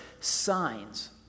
signs